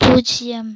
பூஜ்ஜியம்